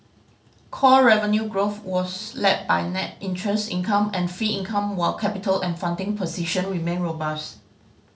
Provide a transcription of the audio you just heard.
core revenue growth was led by net interest income and fee income while capital and funding position remain robust